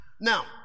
Now